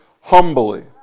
humbly